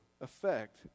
effect